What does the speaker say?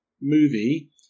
movie